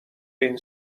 این